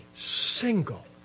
single